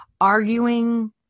Arguing